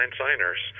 signers